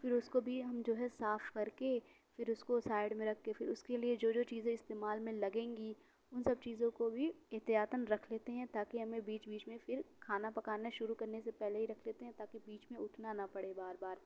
پھر اُس کو بھی جو ہے صاف کرکے پھر اُس کو سائڈ میں رکھ کے پھر اُس کے لیے جو جو چیزیں استعمال میں لگیں گی اُن سب چیزوں کو بھی احتیاطاً رکھ لیتے ہیں تاکہ ہمیں بیچ بیچ میں پھر کھانا پکانا شروع کرنے سے پہلے ہی رکھ لیتے ہیں تاکہ بیچ میں اُٹھنا نہ پڑے بار بار